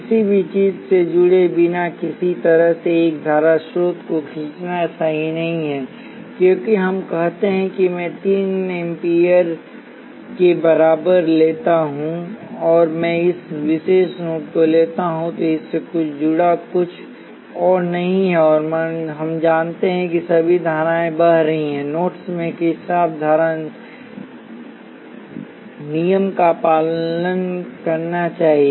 किसी भी चीज से जुड़े बिना इस तरह से एक धारा स्रोत को खींचना सही नहीं है क्योंकि हम कहते हैं कि मैं 3 एम्पीयर के बराबर लेता हूं और अगर मैं इस विशेष नोड को लेता हूं तो इससे जुड़ा कुछ और नहीं है और हम जानते हैं कि सभी धाराएं बह रही हैं नोड्स में किरचॉफ धारा कानून का पालन करना चाहिए